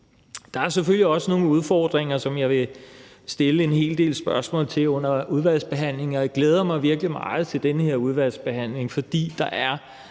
Der er selvfølgelig også nogle udfordringer, som jeg vil stille en hel del spørgsmål til under udvalgsbehandlingen, og jeg glæder mig virkelig meget til den her udvalgsbehandling. For der er